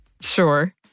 Sure